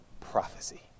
prophecy